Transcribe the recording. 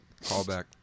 Callback